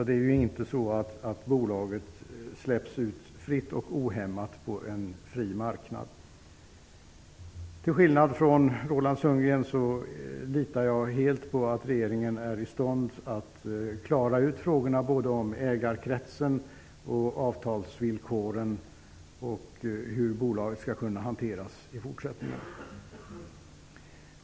Det är ju inte så, att bolaget släpps ut fritt och ohämmat på en fri marknad. Till skillnad från Roland Sundgren litar jag helt på att regeringen är i stånd att klara ut frågorna, såväl om ägarkretsen som om avtalsvillkoren och om hur bolaget skall hanteras i fortsättningen.